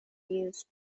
used